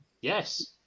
Yes